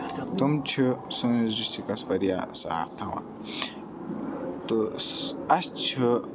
تٕم چھِ سٲنِس ڈِسٹرکَس واریاہ صاف تھاوان تہٕ اَسہِ چھِ